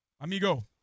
Amigo